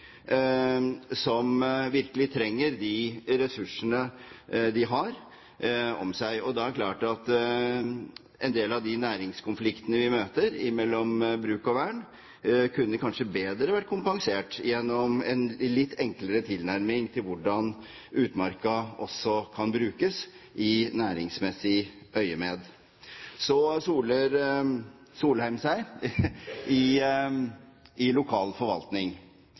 som virkelig trenger de ressursene de har om seg. Da er det klart at en del av de næringskonfliktene vi møter mellom bruk og vern, kanskje kunne vært bedre kompensert ved en litt enklere tilnærming til hvordan utmarka også kan brukes i næringsmessig øyemed. Så soler Solheim seg i lokal forvaltning.